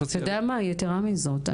יתרה מזאת.